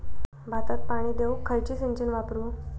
भाताक पाणी देऊक खयली सिंचन वापरू?